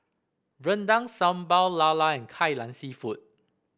rendang Sambal Lala and Kai Lan seafood